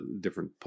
different